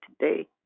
today